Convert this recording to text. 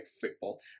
football